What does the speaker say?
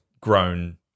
grown